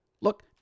Look